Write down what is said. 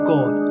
God